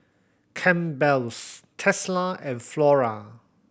Campbell's Tesla and Flora